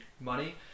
money